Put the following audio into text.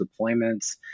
deployments